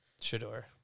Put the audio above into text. Shador